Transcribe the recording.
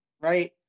right